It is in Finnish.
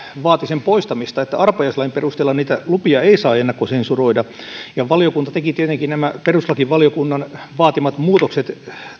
vaati sen poistamista että arpajaislain perusteella niitä lupia ei saa ennakkosensuroida valiokunta teki tietenkin nämä perustuslakivaliokunnan vaatimat muutokset